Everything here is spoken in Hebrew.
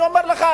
אני אומר לך,